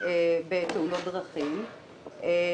בתאונות דרכים קטלניות,